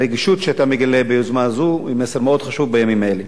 הרגישות שאתה מגלה ביוזמה זו היא מסר מאוד חשוב בימים אלה.